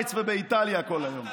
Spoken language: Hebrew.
בשווייץ ובאיטליה כל היום.